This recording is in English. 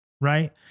right